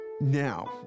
Now